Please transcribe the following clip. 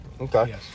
Okay